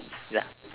ya